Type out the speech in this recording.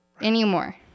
anymore